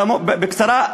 בקצרה.